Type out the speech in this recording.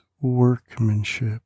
workmanship